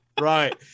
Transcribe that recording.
Right